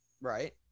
Right